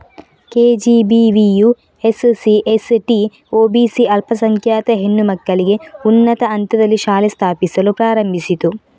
ಕೆ.ಜಿ.ಬಿ.ವಿಯು SC, ST, OBC ಅಲ್ಪಸಂಖ್ಯಾತ ಹೆಣ್ಣು ಮಕ್ಕಳಿಗೆ ಉನ್ನತ ಹಂತದಲ್ಲಿ ಶಾಲೆ ಸ್ಥಾಪಿಸಲು ಪ್ರಾರಂಭಿಸಿತು